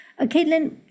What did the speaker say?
Caitlin